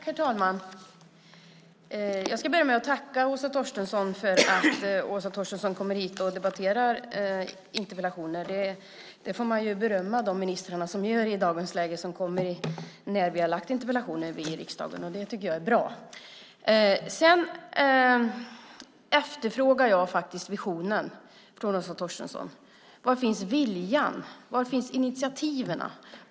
Herr talman! Jag ska börja med att tacka Åsa Torstensson för att hon kommer hit och debatterar interpellationer. Man får berömma de ministrar som kommer och svarar på de interpellationer som vi i riksdagen har ställt. Det tycker jag är bra. Jag efterfrågar visionen från Åsa Torstensson. Var finns viljan? Var finns initiativen?